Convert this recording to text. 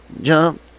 jump